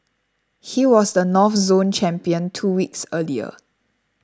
he was the North Zone champion two weeks earlier